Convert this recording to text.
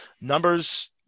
numbers